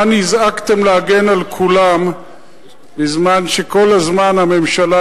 מה נזעקתם להגן על כולם בזמן שכל הזמן הממשלה